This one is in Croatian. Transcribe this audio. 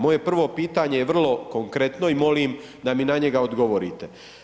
Moje prvo pitanje je vrlo konkretno i molim da mi na njega odgovorite.